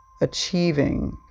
achieving